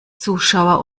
zuschauer